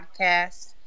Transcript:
podcast